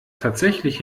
tatsächlich